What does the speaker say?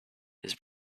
his